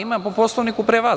Ima po poslovniku pre vas.